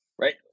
Right